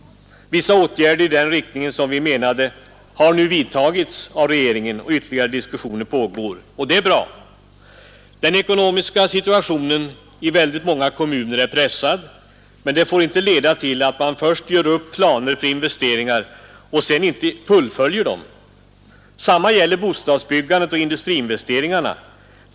En del åtgärder i den riktning som vi avsåg har vidtagits av regeringen, och ytterligare diskussioner pågår. Det är bra. Den ekonomiska situationen i väldigt många kommuner är pressad, men det får inte leda till att man först gör upp planer för investeringar och sedan inte fullföljer dem. Detsamma gäller bostadsbyggandet och industriinvesteringarna.